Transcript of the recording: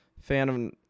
Phantom